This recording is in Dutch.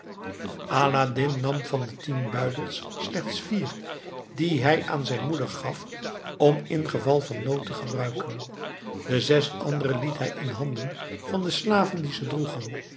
aladdin nam van de tien buidels slechts vier die hij aan zijn moeder gaf om in geval van nood te gebruiken de zes andere liet hij in handen van de slaven die ze droegen